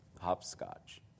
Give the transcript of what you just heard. hopscotch